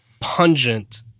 pungent